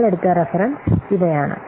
നമ്മൾ എടുത്ത രേഫെരെൻസസ് ഇവയാണ്